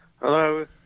Hello